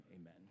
amen